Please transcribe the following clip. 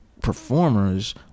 performers